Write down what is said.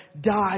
die